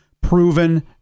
proven